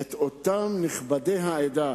את אותם נכבדי העדה,